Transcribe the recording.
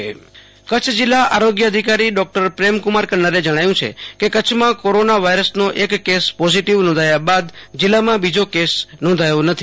Ashutosh Antani Kutch corona Kutch જિલ્લા આરોગ્ય અધિકારી ડોકટર પ્રમકુમાર કન્નરે જણાવ્યું છ કે કચ્છમાં કોરોના વાયરસ નો એક કેસ પોઝીટિવ નોંધાયા બાદ જિલ્લામાં બીજો કેસ નોંધાયો નથી